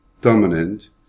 dominant